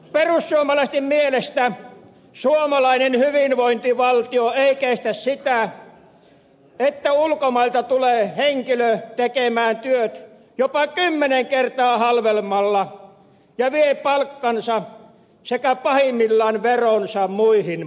perussuomalaisten mielestä suomalainen hyvinvointivaltio ei kestä sitä että ulkomailta tulee henkilö tekemään työt jopa kymmenen kertaa halvemmalla ja vie palkkansa sekä pahimmillaan veronsa muihin maihin